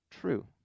true